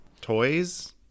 toys